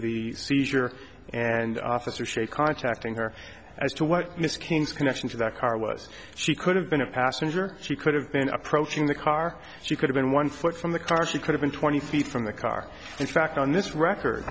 the seizure and officer shea contacting her as to what ms king's connection to that car was she could have been a passenger she could have been approaching the car she could have been one foot from the car she could have been twenty feet from the car in fact on this record